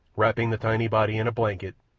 wrapping the tiny body in a blanket,